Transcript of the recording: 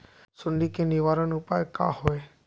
सुंडी के निवारण उपाय का होए?